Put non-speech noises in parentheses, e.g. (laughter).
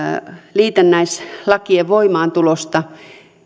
liitännäislakien voimaantulosta (unintelligible)